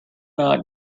not